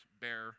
bear